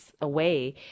away